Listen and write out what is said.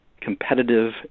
competitive